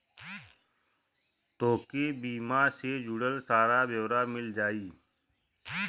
तोके बीमा से जुड़ल सारा ब्योरा मिल जाई